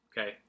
Okay